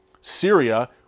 Syria